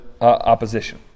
opposition